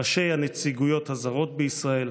ראשי הנציגויות הזרות בישראל,